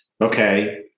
okay